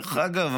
דרך אגב,